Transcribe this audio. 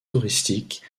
touristiques